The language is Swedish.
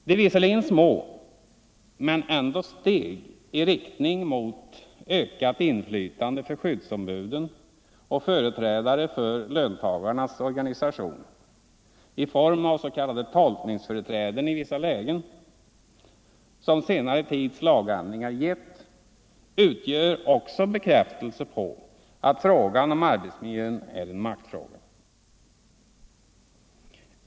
De visserligen små men ändå steg i riktning mot ökat inflytande för skyddsombuden och företrädare för lönarbetarnas organisationer i form av s.k. tolkningsföreträde i vissa lägen, som senare tids lagändringar givit, utgör också bekräftelse på att frågan om arbetsmiljön är en maktfråga.